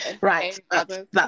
right